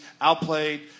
outplayed